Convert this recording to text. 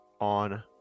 on